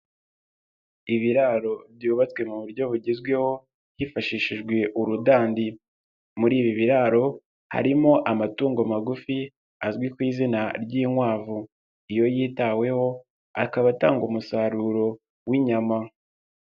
Ibiraro byubatswe mu buryo bugezweho, hifashishijwe urudandi, muri ibi biraro harimo amatungo magufi azwi ku izina ry'inkwavu, iyo yitaweho akaba atanga umusaruro w'inyama.